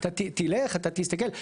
אתה תלך, אתה תסתכל.